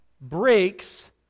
breaks